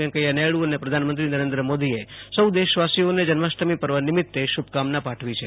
વૈકેયાનાયડુ ને પ્રધાનમંત્રી નરેન્દ્ર મોદીએ સૌ દેશવાસીઓને જન્માષ્ટમી પર્વ નિમિત્તે શુભ કામના પાઠવી છે